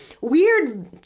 weird